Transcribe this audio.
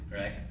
Right